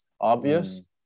obvious